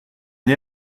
née